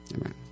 Amen